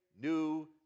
new